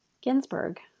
Ginsburg